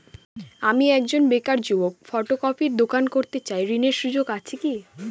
আমি একজন বেকার যুবক ফটোকপির দোকান করতে চাই ঋণের সুযোগ আছে কি?